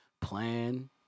plan